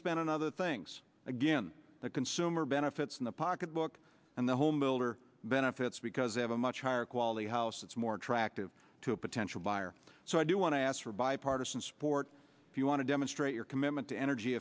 spent on other things again the consumer benefits in the pocketbook and the homebuilder benefits because they have a much higher quality house that's more attractive to a potential buyer so i do want to ask for bipartisan support if you want to demonstrate your commitment to energy